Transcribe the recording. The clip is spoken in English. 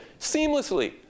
seamlessly